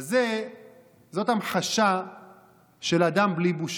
אז זאת המחשה של אדם בלי בושה,